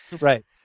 Right